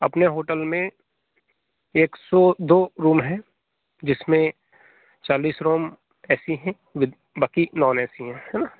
अपने होटल में एक सौ दो रूम है जिसमें चालीस रूम ए सी है बाकी नॉन ए सी हैं हना